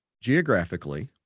geographically